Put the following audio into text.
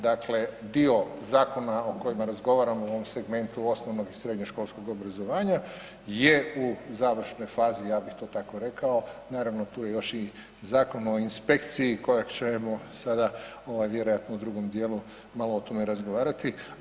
Dakle, dio zakona o kojima razgovaramo u ovom segmentu osnovnog i srednjoškolskog obrazovanja je u završnoj fazi, ja bih to tako rekao, naravno tu je još i Zakon o inspekciji kojeg ćemo sada vjerojatno u drugom dijelu malo o tome razgovarati.